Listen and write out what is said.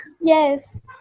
Yes